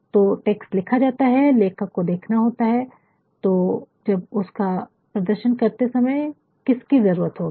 तो टेक्स्ट लिखा जाता है लेखक को देखना होता है तो जब इसका प्रदर्शन करते समय किसकी ज़रुरत होगी